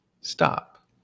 stop